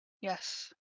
Yes